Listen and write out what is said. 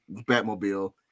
Batmobile